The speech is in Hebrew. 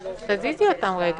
זה מה שאני מנסה להסביר מאתמול.